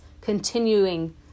continuing